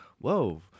Whoa